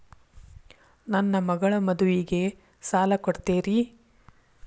ನನ್ನ ಮಗಳ ಮದುವಿಗೆ ಸಾಲ ಕೊಡ್ತೇರಿ?